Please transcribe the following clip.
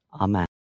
Amen